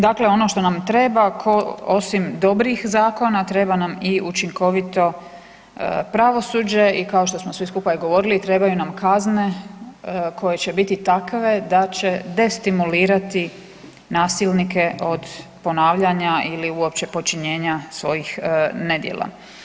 Dakle, ono što nam treba, osim dobrih zakona, treba nam i učinkovito pravosuđe i kao što smo svi skupa i govorili, trebaju nam kazne koje će biti takve da će destimulirati nasilnike od ponavljanja ili uopće počinjenja svojih nedjela.